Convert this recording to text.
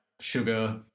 sugar